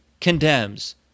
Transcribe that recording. condemns